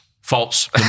False